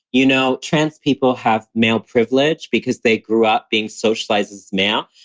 you know, trans people have male privilege because they grew up being socialized as male,